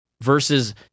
versus